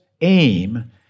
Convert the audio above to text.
aim